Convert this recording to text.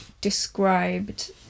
described